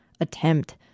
attempt